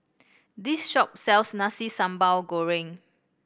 this shop sells Nasi Sambal Goreng